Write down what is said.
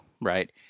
right